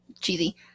cheesy